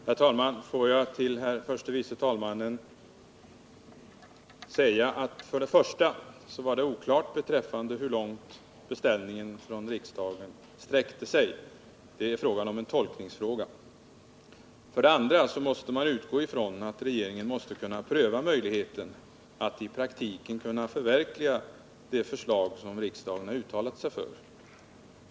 Herr talman! Får jag till förste vice talmannen säga följande. För det första var det oklart hur långt riksdagens beställning sträckte sig. Det är en tolkningsfråga. För det andra måste man utgå ifrån att regeringen måste pröva möjligheten att i praktiken kunna förverkliga det förslag som riksdagen har uttalat sig för.